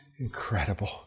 incredible